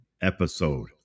episode